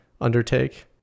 undertake